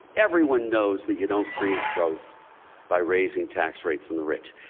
everyone knows that you don't create growth by raising tax rates on the rich.